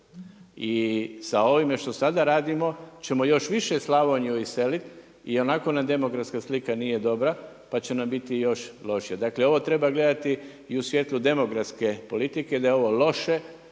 i sa ovime što sada radimo ćemo još više Slavoniju iseliti i onako nam demografska slika nije dobra pa će nam biti još lošija. Dakle ovo treba gledati i u svjetlu demografske politike da je ovo loše